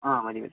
ആ മതി മതി